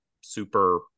super